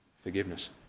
Forgiveness